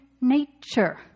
nature